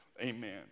Amen